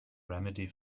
remedy